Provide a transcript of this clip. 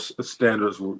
standards